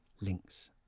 links